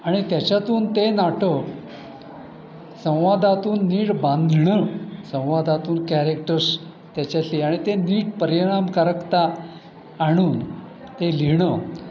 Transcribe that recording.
आणि त्याच्यातून ते नाटक संवादातून नीट बांधणं संवादातून कॅरेक्टर्स त्याच्यातली आणि ते नीट परिणामकारकता आणून ते लिहिणं